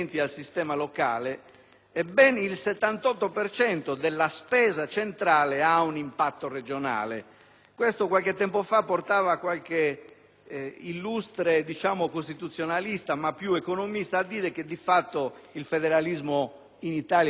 per cento della spesa centrale ha un impatto regionale. Questo, qualche tempo fa, portava qualche illustre costituzionalista, ma più economista, a dire che di fatto il federalismo in Italia è già in atto.